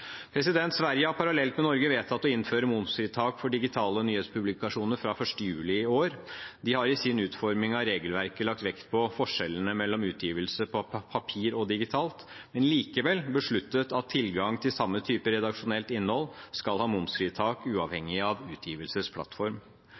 Sverige har parallelt med Norge vedtatt å innføre momsfritak for digitale nyhetspublikasjoner fra 1. juli i år. De har i sin utforming av regelverket lagt vekt på forskjellene mellom utgivelse på papir og digitalt, men likevel besluttet at tilgang til samme type redaksjonelt innhold skal ha momsfritak